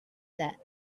that